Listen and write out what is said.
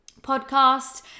podcast